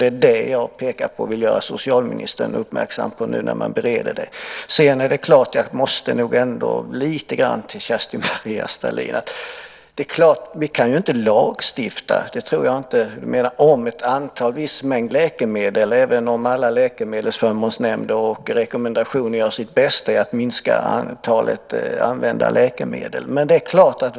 Det är det jag pekar på och vill göra socialministern uppmärksam på när man nu bereder ärendet. Jag måste nog ändå säga en sak till Kerstin-Maria Stalin. Vi kan inte lagstifta om ett visst antal läkemedel, även om alla läkemedelsförmånsnämnder och rekommendationer gör sitt bästa för att minska antalet använda läkemedel.